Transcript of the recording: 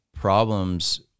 problems